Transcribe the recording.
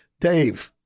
Dave